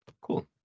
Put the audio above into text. Cool